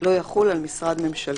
לא יחול על משרד ממשלתי.